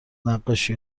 نقاشی